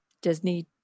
Disney